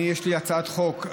יש לי הצעת חוק,